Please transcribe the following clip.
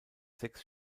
sechs